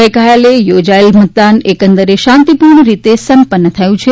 ગઇકાલે યોજાયેલું મતદાન એકંદરે શાંતિપૂર્ણ રીતે સંપન્ન થયું છે